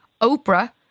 Oprah